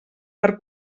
per